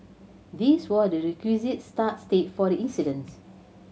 this were the requisite start state for the incidents